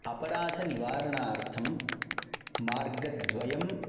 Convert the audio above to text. अपराधनिवारणार्थं मार्गद्वयं